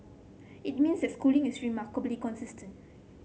it means that Schooling is remarkably consistent